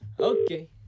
okay